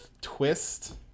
twist